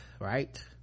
Right